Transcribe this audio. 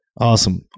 Awesome